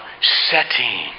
setting